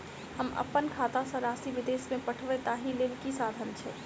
हम अप्पन खाता सँ राशि विदेश मे पठवै ताहि लेल की साधन छैक?